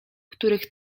których